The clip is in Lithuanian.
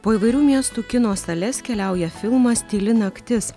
po įvairių miestų kino sales keliauja filmas tyli naktis